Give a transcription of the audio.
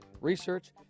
research